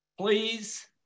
please